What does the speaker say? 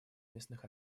местных